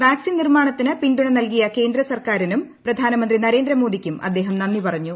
vaccine നിർമാണത്തിനു പിന്തുണ നൽകിയ കേന്ദ്രസർക്കാരിനും പ്രധാനമന്ത്രി നരേന്ദ്ര മോദിക്കും അദ്ദേഹം നന്ദി പറഞ്ഞു